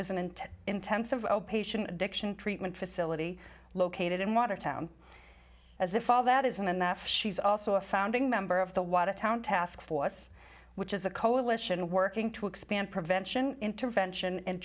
intense intensive outpatient addiction treatment facility located in watertown as if all that isn't enough she's also a founding member of the watertown task force which is a coalition working to expand prevention intervention